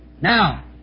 Now